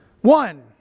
One